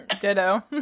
Ditto